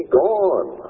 gone